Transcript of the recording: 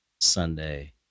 Sunday